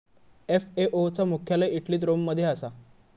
FAO चा मुख्यालय इटलीत रोम मध्ये असा